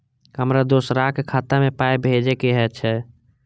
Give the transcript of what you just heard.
हमरा दोसराक खाता मे पाय भेजे के छै?